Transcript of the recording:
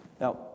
Now